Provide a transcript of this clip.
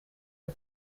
het